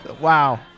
Wow